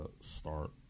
start